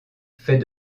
fait